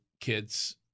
kids